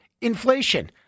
inflation